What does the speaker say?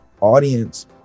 audience